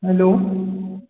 hello